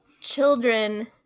children